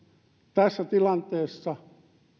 tässä tilanteessa